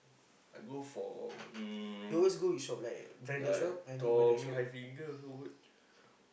I go for um like Tommy-Hilfiger also